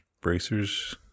Bracers